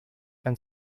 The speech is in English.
and